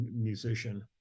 musician